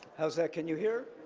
how's that, can you hear?